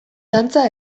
dantza